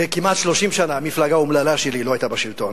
כמעט 30 שנה המפלגה האומללה שלי לא היתה בשלטון,